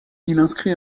inscrit